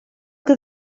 que